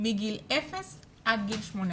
מגיל אפס ועד גיל 18